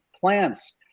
plants